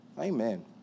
Amen